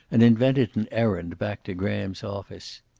and invented an errand back to graham's office.